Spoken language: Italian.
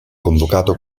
convocato